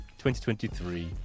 2023